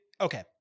Okay